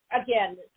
again